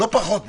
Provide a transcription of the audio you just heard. לא פחות מזה.